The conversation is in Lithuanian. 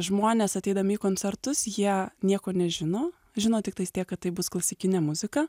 žmonės ateidami į koncertus jie nieko nežino žino tiktais tiek kad tai bus klasikinė muzika